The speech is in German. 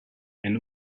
ein